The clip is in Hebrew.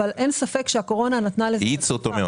אבל אין ספק שהקורונה האיצה אותו.